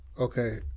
Okay